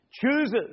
chooses